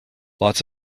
lots